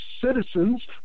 citizens